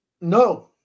No